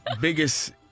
biggest